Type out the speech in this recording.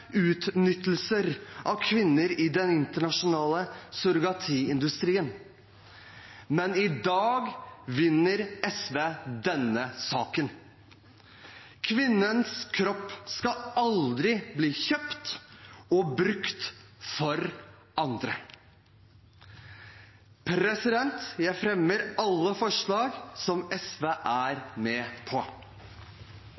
av kvinner i den internasjonale surrogatiindustrien. I dag vinner SV denne saken. Kvinnens kropp skal aldri bli kjøpt og brukt for andre. Det blir replikkordskifte. Det kan se ut som om Stortinget er